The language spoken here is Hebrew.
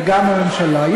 וגם הממשלה,